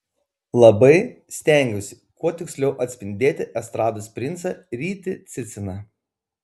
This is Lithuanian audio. labai stengiausi kuo tiksliau atspindėti estrados princą rytį ciciną